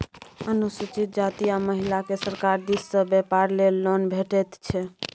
अनुसूचित जाती आ महिलाकेँ सरकार दिस सँ बेपार लेल लोन भेटैत छै